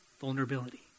vulnerability